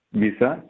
visa